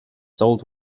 sold